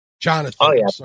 jonathan